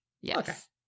Yes